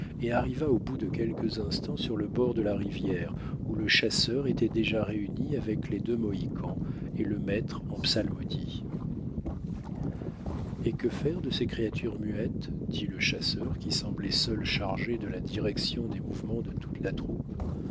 et arriva au bout de quelques instants sur le bord de la rivière où le chasseur était déjà réuni avec les deux mohicans et le maître en psalmodie et que faire de ces créatures muettes dit le chasseur qui semblait seul chargé de la direction des mouvements de toute la troupe